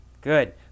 Good